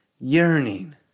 yearning